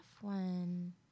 one